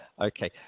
Okay